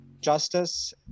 justice